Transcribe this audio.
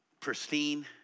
pristine